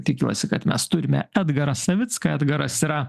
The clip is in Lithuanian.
tikiuosi kad mes turime edgarą savicką edgaras yra